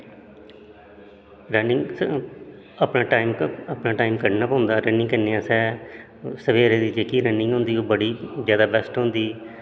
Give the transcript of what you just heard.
running अपने time उप्पर अपने टाइम कड्ढना पौंदा रनिंग करने आस्तै सवेरे दी जेह्की रनिंग होंदी ओह् बड़ी ज्यादा बैस्ट होंदी